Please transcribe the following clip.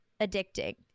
addicting